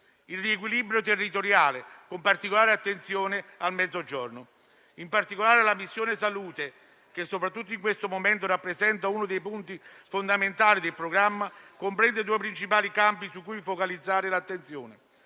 il riequilibrio territoriale, con particolare attenzione al Mezzogiorno. In particolare la missione salute, che, soprattutto in questo momento, rappresenta uno dei punti fondamentali del programma, comprende due principali campi su cui focalizzare l'attenzione,